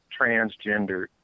transgender